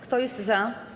Kto jest za?